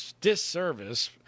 disservice